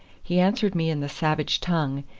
he answered me in the savage tongue,